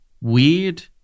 weird